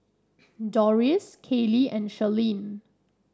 Dorris Kaylie and Charline